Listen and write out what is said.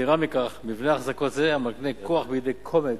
יתירה מכך, מבנה אחזקות זה, המקנה כוח בידי קומץ